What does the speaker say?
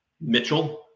Mitchell